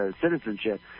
citizenship